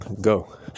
go